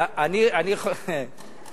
בחוק הזה כל המוסיף גורע.